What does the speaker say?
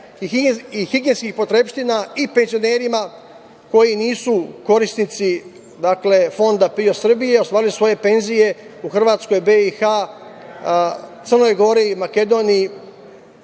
i higijenskih potrepština i penzionerima koji nisu korisnici fona PIO Srbije, ostvarili svoje penzije u Hrvatskoj, BiH, Crnog Gori, Makedoniji,